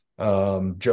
Joe